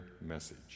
message